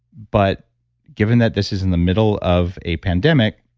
but given that this is in the middle of a pandemic,